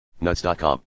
nuts.com